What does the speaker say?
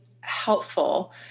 helpful